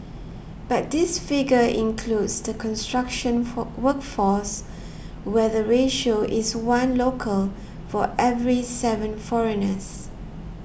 but this figure includes the construction for workforce where the ratio is one local for every seven foreigners